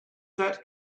that